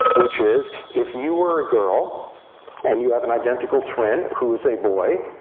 which is if you were a girl and you have an identical twin who is a boy,